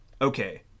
Okay